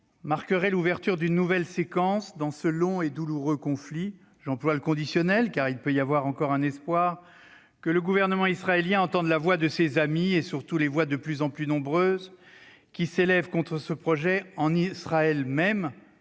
marquerait l'ouverture d'une nouvelle séquence dans ce long et douloureux conflit. J'emploie le conditionnel, car il peut y avoir encore un espoir que le gouvernement israélien entende la voix de ses amis et, surtout, les voix de plus en plus nombreuses qui s'élèvent contre ce projet en Israël même,